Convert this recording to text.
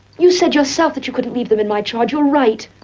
you said yourself that you couldn't leave them in my charge. you're right.